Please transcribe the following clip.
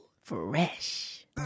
Fresh